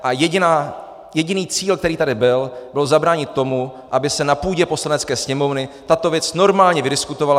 A jediný cíl, který tady byl, bylo zabránit tomu, aby se na půdě Poslanecké sněmovny tato věc normálně vydiskutovala.